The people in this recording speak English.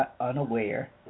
unaware